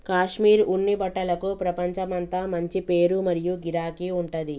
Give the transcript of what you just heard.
కాశ్మీర్ ఉన్ని బట్టలకు ప్రపంచమంతా మంచి పేరు మరియు గిరాకీ ఉంటది